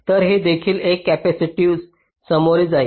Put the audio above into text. तर हे देखील एक कपॅसिटीस सामोरे जाईल